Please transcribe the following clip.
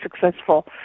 successful